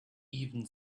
even